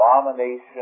abomination